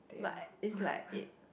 but it's like it